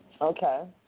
Okay